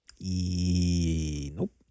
Nope